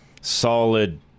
solid